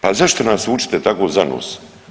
Pa zašto nas vučete tako za nos?